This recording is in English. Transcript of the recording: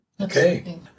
Okay